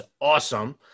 awesome